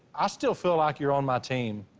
i still feel like you're on my team.